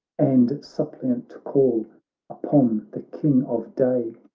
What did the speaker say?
and suppliant call upon the king of day.